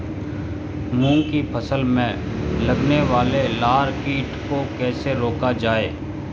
मूंग की फसल में लगने वाले लार कीट को कैसे रोका जाए?